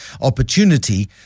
opportunity